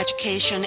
education